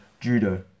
judo